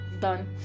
done